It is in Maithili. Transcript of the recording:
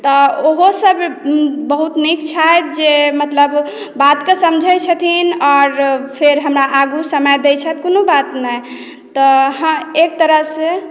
तऽ ओहो सभ बहुत नीक छथि जे मतलब बातके समझै छथिन आओर फेर हमरा आगू समय दै छथि कोनो बात नहि तऽ हँ एक तरहसे